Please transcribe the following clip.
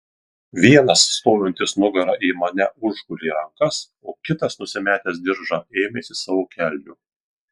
vienas stovintis nugara į mane užgulė rankas o kitas nusimetęs diržą ėmėsi savo kelnių